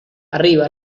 arriba